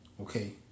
okay